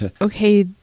okay